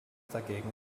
dagegen